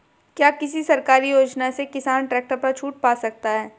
क्या किसी सरकारी योजना से किसान ट्रैक्टर पर छूट पा सकता है?